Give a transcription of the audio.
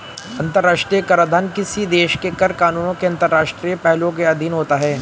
अंतर्राष्ट्रीय कराधान किसी देश के कर कानूनों के अंतर्राष्ट्रीय पहलुओं के अधीन होता है